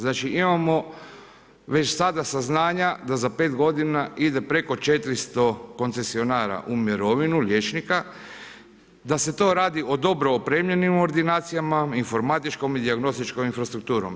Znači, imamo već sada saznanja da za 5 godina ide preko 400 koncesionara u mirovinu, liječnika, da se to radi o dobro opremljenim ordinacijama informatičkom i dijagnostičkom infrastrukturom.